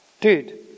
Dude